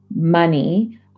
money